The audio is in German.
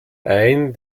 ein